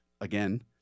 again